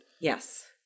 Yes